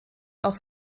auch